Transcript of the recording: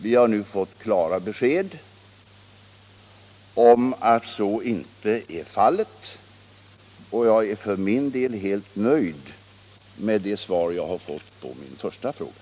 Vi har nu fått klara besked om att så inte är fallet, och jag är för min del helt nöjd med det svar som jag har fått på min första fråga.